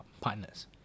partners